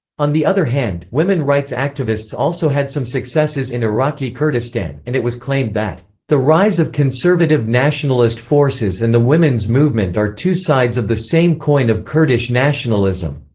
on the other hand, women rights activists also had some successes in iraqi kurdistan, and it was claimed that the rise of conservative nationalist forces and the women's movement are two sides of the same coin of kurdish nationalism.